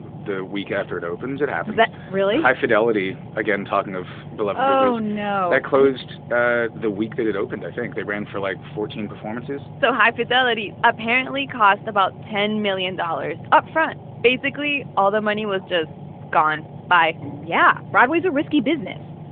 the week after it opens. it happens does that really? high fidelity again, talking of beloved, no. that closed ah the week that it opened, i think. they ran for, like, fourteen performances so high fidelity apparently cost about ten million dollars. upfront basically, all the money was just gone bye yeah. broadway's a risky business.